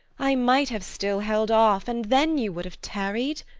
i might have still held off, and then you would have tarried.